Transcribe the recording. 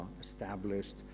established